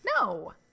No